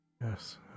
Yes